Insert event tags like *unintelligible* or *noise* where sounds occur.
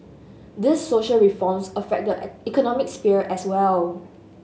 these social reforms affect *unintelligible* economic sphere as well